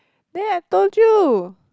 there I told you